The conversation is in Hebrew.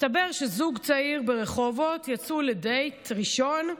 מסתבר שזוג צעיר ברחובות יצאו לדייט ראשון,